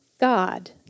God